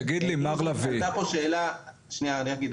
תגיד לי, מר לביא --- שנייה, אני רק אגיד משהו.